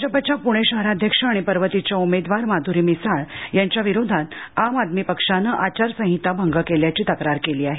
भाजपच्या पुणे शहराध्यक्ष आणि पर्वतीच्या उमेदवार माधुरी मिसाळ यांच्या विरोधात आम आदमी पक्षाने आचारसहिता भंग केल्याची तक्रार केली आहे